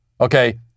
Okay